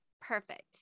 Perfect